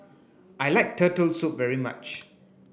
I like turtle soup very much